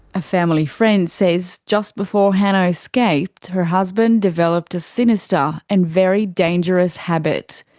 a family friend says just before hannah escaped, her husband developed a sinister, and very dangerous habit.